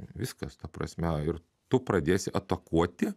viskas ta prasme ir tu pradėsi atakuoti